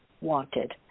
wanted